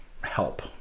help